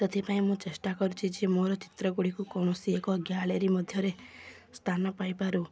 ସେଥିପାଇଁ ମୁଁ ଚେଷ୍ଟା କରୁଛି ଯେ ମୋର ଚିତ୍ର ଗୁଡ଼ିକୁ କୌଣସି ଏକ ଗ୍ୟାଲେରୀ ମଧ୍ୟରେ ସ୍ଥାନ ପାଇପାରୁ